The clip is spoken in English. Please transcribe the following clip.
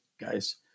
guys